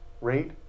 rate